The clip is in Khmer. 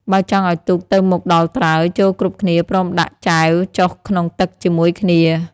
បើចង់ឱ្យទូកទៅមុខដល់ត្រើយ ចូរគ្រប់គ្នាព្រមដាក់ចែវចុះក្នុងទឹកជាមួយគ្នា។